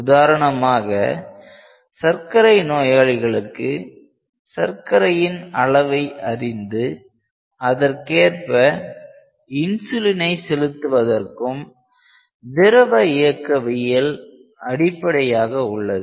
உதாரணமாக சர்க்கரை நோயாளிகளுக்கு சர்க்கரையின் அளவை அறிந்து அதற்கேற்ப இன்சுலினை செலுத்துவதற்கும் திரவ இயக்கவியல் அடிப்படையாக உள்ளது